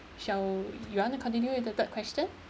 shall we you want to continue with the third question